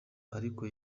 ariko